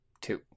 Two